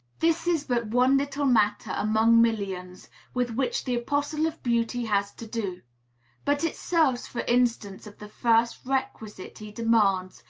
this is but one little matter among millions with which the apostle of beauty has to do but it serves for instance of the first requisite he demands,